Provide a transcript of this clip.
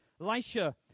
Elisha